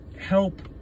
help